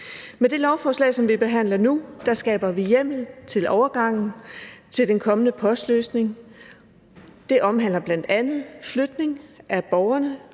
Med det lovforslag, som vi behandler nu, skaber vi hjemmel til overgangen til den kommende postløsning. Det omhandler bl.a. flytning af borgernes